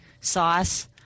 sauce